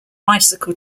bicycle